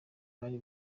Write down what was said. bari